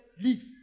leave